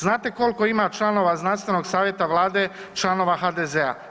Znate koliko ima članova znanstvenog savjeta Vlade, članova HDZ-a?